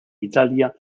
italia